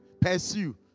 pursue